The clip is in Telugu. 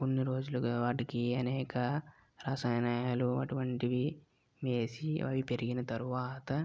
కొన్ని రోజులుగా వాటికి అనేక రసాయనాలు అటువంటివి వేసి అవి పెరిగిన తరువాత